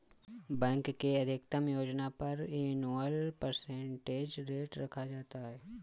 bank के अधिकतम योजना पर एनुअल परसेंटेज रेट रखा जाता है